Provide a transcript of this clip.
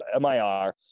MIR